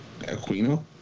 Aquino